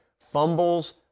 Fumbles